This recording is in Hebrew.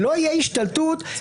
כמו מה שאצלנו זה השלום ומחוזי,